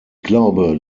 glaube